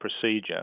procedure